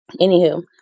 Anywho